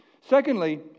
Secondly